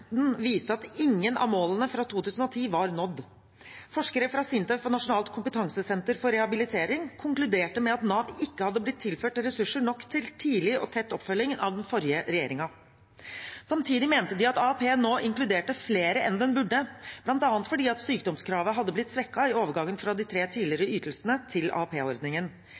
viste at ingen av målene fra 2010 var nådd. Forskere fra SINTEF og Nasjonalt kompetansesenter for arbeidsrettet rehabilitering konkluderte med at Nav ikke hadde blitt tilført ressurser nok av den forrige regjeringen til tidlig og tett oppfølging. Samtidig mente de at AAP nå inkluderte flere enn den burde, bl.a. fordi sykdomskravet hadde blitt svekket i overgangen fra de tre tidligere ytelsene til